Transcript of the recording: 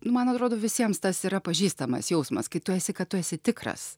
nu man atrodo visiems tas yra pažįstamas jausmas kai tu esi kad tu esi tikras